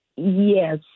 Yes